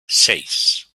seis